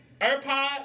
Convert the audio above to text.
AirPod